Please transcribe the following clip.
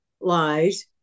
lies